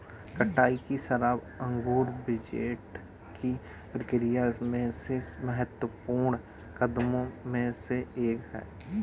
कटाई की शराब अंगूर विंटेज की प्रक्रिया में सबसे महत्वपूर्ण कदमों में से एक है